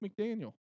McDaniel